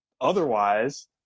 otherwise